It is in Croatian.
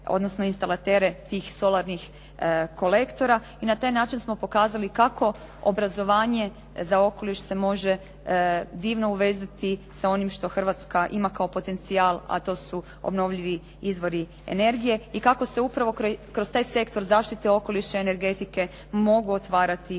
odnosno instalatere tih solarnih kolektora i na taj način smo pokazali kako obrazovanje za okoliš se može divno uvezati sa onim što Hrvatska ima kao potencijal, a to su obnovljivi izvori energije i kako se upravo kroz taj sektor zaštite okoliša i energetike mogu otvarati